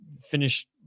finish